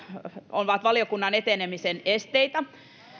ovat valiokunnan etenemisen esteitä